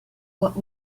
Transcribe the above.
what